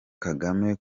kagame